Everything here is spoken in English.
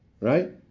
right